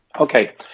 Okay